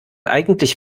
eigentlich